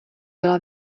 byla